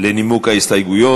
לנימוק ההסתייגויות.